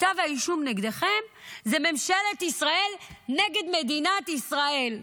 כתב האישום נגדכם זה ממשלת ישראל נגד מדינת ישראל.